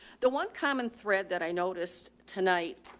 the one common thread that i noticed tonight,